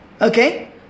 Okay